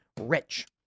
rich